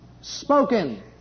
spoken